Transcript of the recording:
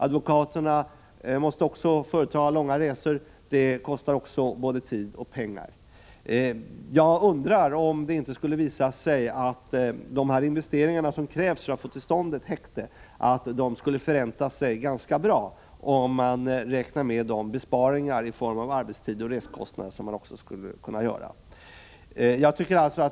Advokaterna måste också företa långa resor, vilket även det kostar både tid och pengar. Jag undrar om det inte skulle visa sig att de investeringar som krävs för att få till stånd ett häkte skulle förränta sig ganska bra om besparingar i form av arbetstid och resekostnader räknades in.